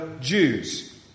Jews